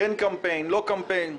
כן קמפיין/לא קמפיין.